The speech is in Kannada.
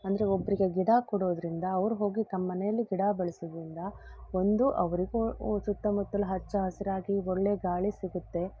ಅಂದರೆ ಒಬ್ಬರಿಗೆ ಗಿಡ ಕೊಡೋದರಿಂದ ಅವ್ರು ಹೋಗಿ ತಮ್ಮ ಮನೆಲ್ಲಿ ಗಿಡ ಬೆಳೆಸುದರಿಂದ ಒಂದು ಅವರಿಗೂ ಸುತ್ತಮುತ್ತಲು ಹಚ್ಚಹಸಿರಾಗಿ ಒಳ್ಳೆಯ ಗಾಳಿ ಸಿಗುತ್ತೆ